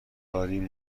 داریم